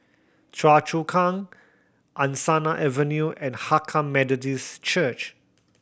Choa Chu Kang Angsana Avenue and Hakka Methodist Church